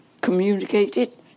communicated